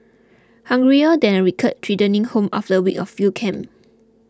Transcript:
hungrier than a recruit returning home after a week of field camp